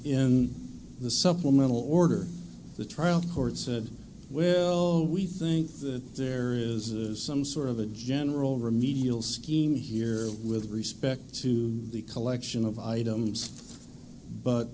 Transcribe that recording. in the supplemental order the trial court said well we think that there is some sort of a general remedial scheme here with respect to the collection of items but